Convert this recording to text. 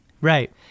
Right